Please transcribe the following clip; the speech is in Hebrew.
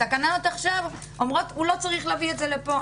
התקנות אומרות: הוא לא צריך להביא את זה לפה.